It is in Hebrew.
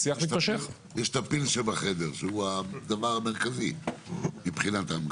יש את הפיל שבחדר שהוא הדבר המרכזי מבחינתם.